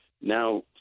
Now